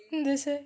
that's why